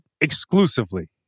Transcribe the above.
exclusively